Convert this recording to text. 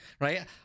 right